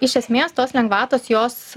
iš esmės tos lengvatos jos